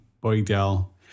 Boydell